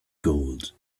gold